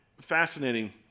fascinating